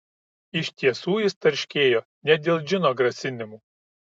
iš tiesų jis tarškėjo ne dėl džino grasinimų